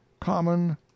common